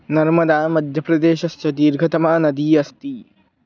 नर्मदा मध्यप्रदेशस्य दीर्घतमा नदी अस्ति